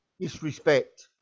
disrespect